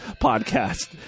podcast